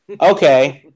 okay